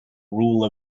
rule